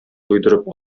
туйдырып